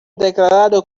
declarado